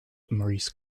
maurice